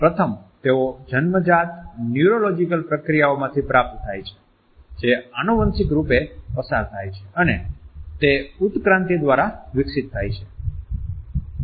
પ્રથમ તેઓ જન્મજાત ન્યુરોલોજીકલ પ્રક્રિયાઓમાંથી પ્રાપ્ત થાય છે જે આનુવંશિક રૂપે પસાર થાય છે અને જે ઉત્ક્રાંતિ દ્વારા વિકસિત થાય છે